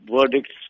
verdicts